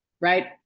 right